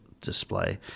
display